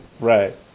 Right